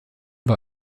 war